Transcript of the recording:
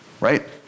right